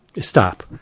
stop